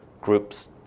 groups